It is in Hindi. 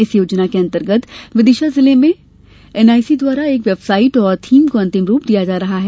इस योजना के अंतर्गत विदिशा जिले में एनआईसी द्वारा एक वेबसाइट एवं थीम को अंतिम रूप दिया जा रहा है